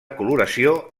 coloració